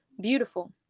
Beautiful